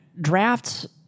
drafts